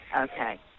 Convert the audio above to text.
Okay